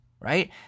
right